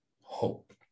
hope